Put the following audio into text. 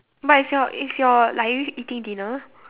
but if your if your like are you eating dinner